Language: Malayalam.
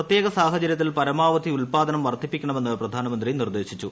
പ്രത്യേക സാഹചര്യത്തിൽ പരമാവധി ഉൽപാദനം വർധിപ്പിക്കണമെന്ന് പ്രധാനമന്ത്രി നിർദേശിച്ചു